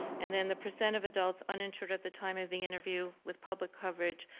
and then the percent of adults uninsured at the time of the interview with public coverage,